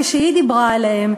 כשהיא דיברה עליהם,